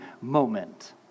moment